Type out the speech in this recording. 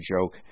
joke